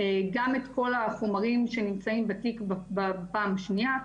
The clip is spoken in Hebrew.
גם את כל החומרים שנמצאים בתיק בפעם שניה,